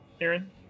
Aaron